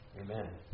Amen